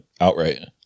outright